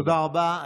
תודה רבה.